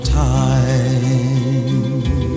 time